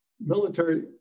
military